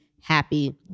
happy